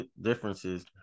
differences